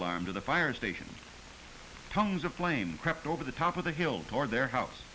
alarm to the fire station tongues of flame crept over the top of the hill toward their house